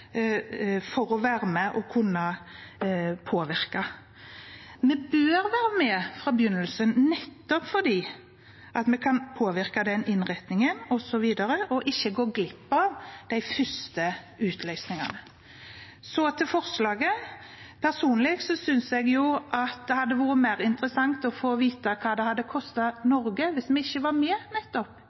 for å kunne være med på å påvirke. Vi bør være med fra begynnelsen nettopp fordi vi kan påvirke innretningen osv. og ikke gå glipp av de første utløsningene. Så til forslaget: Personlig synes jeg at det hadde vært mer interessant å få vite hva det hadde kostet Norge hvis vi ikke var med i nettopp